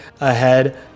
ahead